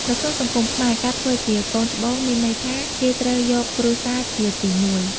នៅក្នុងសង្គមខ្មែរ ការធ្វើជាកូនច្បងមានន័យថា គេត្រូវយកគ្រួសារជាទីមួយ។